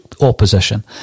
opposition